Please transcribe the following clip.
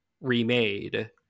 remade